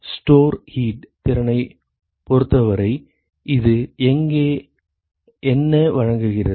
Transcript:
store heat திறனைப் பொறுத்தவரை இது இங்கே என்ன வழங்குகிறது